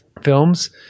films